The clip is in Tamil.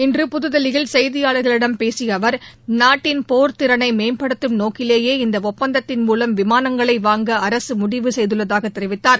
இன்று புதுதில்லியில் செய்தியாளர்களிடம் பேசிய அவர் நாட்டின் போர் திறனை மேம்படுத்தும் நோக்கிலேயே இந்த ஒப்பந்தத்தின் மூலம் விமானங்களை வாங்க அரசு முடிவு செய்துள்ளதாக தெரிவித்தார்